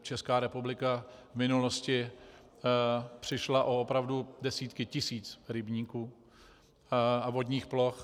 Česká republika v minulosti přišla opravdu o desítky tisíc rybníků a vodních ploch.